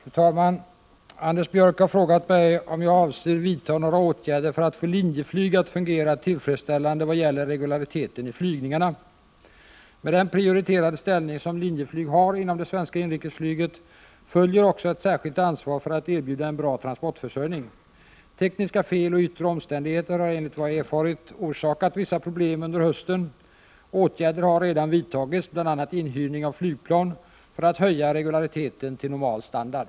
Fru talman! Anders Björck har frågat mig om jag avser vidta några åtgärder för att få Linjeflyg att fungera tillfredsställande vad gäller regulariteten i flygningarna. Med den prioriterade ställning som Linjeflyg har inom det svenska inrikesflyget följer också ett särskilt ansvar för att erbjuda en bra transportförsörjning. Tekniska fel och yttre omständigheter har enligt vad jag erfarit orsakat vissa problem under hösten. Åtgärder har redan vidtagits, bl.a. inhyrning av flygplan, för att höja regulariteten till normal standard.